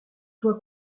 toi